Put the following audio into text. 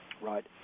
Right